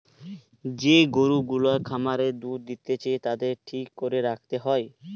যে গরু গুলা খামারে দুধ দিতেছে তাদের ঠিক করে রাখতে হয়